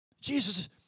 Jesus